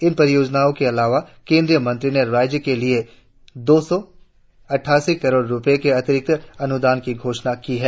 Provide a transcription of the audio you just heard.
इन परियोजनाओं के अलावा केंद्रीय मंत्री ने राज्य के लिए दो सौ अट्ठाइस करोड़ रुपये के अतिरिक्त अनुदान की घोषणा की है